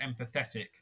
empathetic